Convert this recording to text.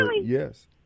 Yes